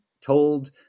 Told